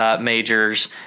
majors